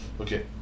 Okay